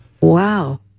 Wow